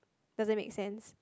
doesn't make sense